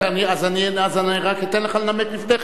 אני רק אתן לך לנמק לפני כן.